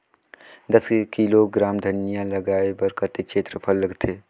दस किलोग्राम धनिया लगाय बर कतेक क्षेत्रफल लगथे?